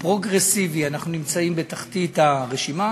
הפרוגרסיבי אנחנו נמצאים בתחתית הרשימה